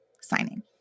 signing